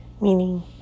Meaning